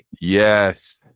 Yes